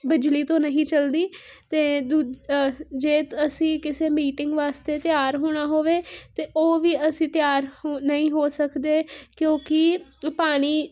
ਬਿਜਲੀ ਤੋਂ ਨਹੀਂ ਚੱਲਦੀ ਅਤੇ ਦੂ ਜੇ ਅਸੀਂ ਕਿਸੇ ਮੀਟਿੰਗ ਵਾਸਤੇ ਤਿਆਰ ਹੋਣਾ ਹੋਵੇ ਤਾਂ ਉਹ ਵੀ ਅਸੀਂ ਤਿਆਰ ਹੋ ਨਹੀਂ ਹੋ ਸਕਦੇ ਕਿਉਂਕਿ ਪਾਣੀ